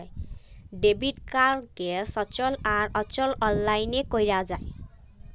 debit কাড়কে সচল আর অচল অললাইলে ক্যরা যায়